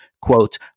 quote